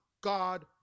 God